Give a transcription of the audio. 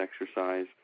exercise